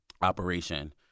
operation